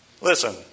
Listen